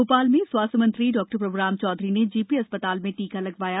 भो ाल में स्वास्थ्य मंत्री प्रभ्राम चौधरी ने जेपी अस् ताल में टीका लगवाया